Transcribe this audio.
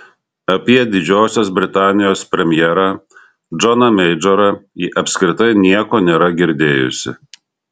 apie didžiosios britanijos premjerą džoną meidžorą ji apskritai nieko nėra girdėjusi